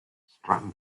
stratton